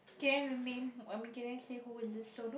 can I have the name I mean can I say who is this